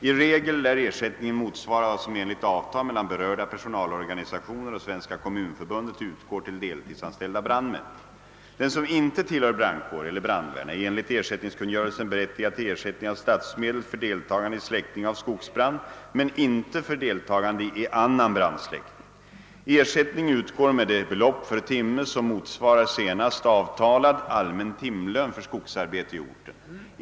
I regel lär ersättningen motsvara vad som enligt avtal mellan berörda personalorganisationer och Svenska kommunförbundet utgår till deltidsanställda brandmän. Den som inte tillhör brandkår eller brandvärn är enligt ersättningskungörelsen berättigad till ersättning av statsmedel för deltagande i släckning av skogsbrand men inte för deltagande i annan brandsläckning. Ersättning utgår med det belopp för timme som motsvarar senast avtalad allmän timlön för skogsarbete i orten.